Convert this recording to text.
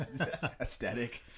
aesthetic